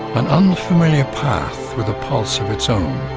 an unfamiliar path with a pulse of its own.